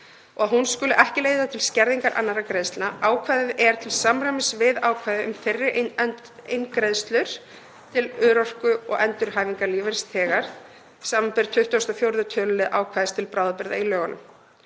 og að hún skuli ekki leiða til skerðingar annarra greiðslna. Ákvæðið er til samræmis við ákvæði um fyrri eingreiðslur til örorku- og endurhæfingarlífeyrisþega, sbr. 24. tölulið ákvæðis til bráðabirgða í lögunum,